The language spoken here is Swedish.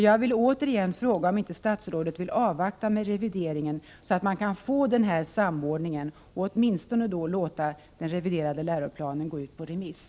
Jag vill återigen fråga om inte statsrådet vill avvakta med revideringen, så att en samordning kan åstadkommas, eller åtminstone låta den reviderade läroplanen gå ut på remiss.